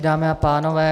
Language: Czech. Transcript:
Dámy a pánové.